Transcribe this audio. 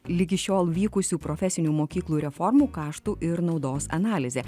ligi šiol vykusių profesinių mokyklų reformų kaštų ir naudos analizė